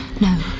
No